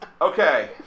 Okay